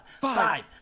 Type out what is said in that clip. five